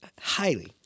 highly